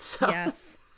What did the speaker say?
Yes